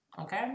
Okay